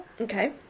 Okay